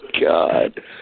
God